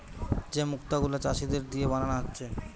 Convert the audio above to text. যে মুক্ত গুলা চাষীদের দিয়ে বানানা হচ্ছে